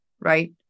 right